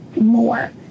more